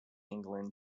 england